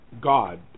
God